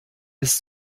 ist